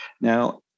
now